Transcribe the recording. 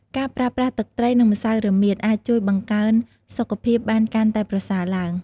ការប្រើប្រាស់ទឹកត្រី និងម្សៅរមៀតអាចជួយបង្កើនសុខភាពបានកាន់តែប្រសើរឡើង។